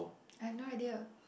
I've no idea